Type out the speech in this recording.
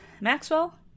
Maxwell